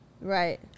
right